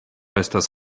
estas